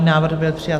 Návrh byl přijat.